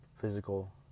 physical